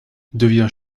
devient